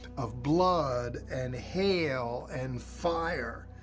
of blood and hail and fire.